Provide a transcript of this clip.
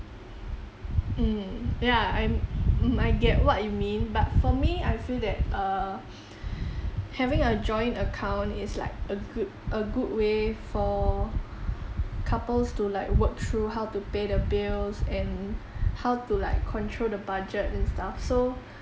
mmhmm yeah I m~ mmhmm I get what you mean but for me I feel that err having a joint account is like a good a good way for couples to like work through how to pay the bills and how to like control the budget and stuff so